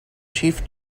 chief